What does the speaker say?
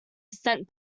percent